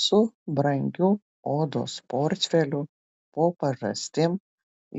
su brangiu odos portfeliu po pažastim